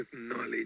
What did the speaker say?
knowledge